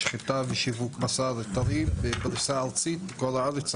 שחיטה ושיווק בשר טרי בפריסה ארצית בכל הארץ.